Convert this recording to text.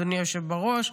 אדוני היושב בראש,